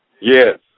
Yes